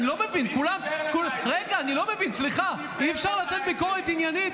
אני לא מבין, סליחה, אי-אפשר לתת ביקורת עניינית?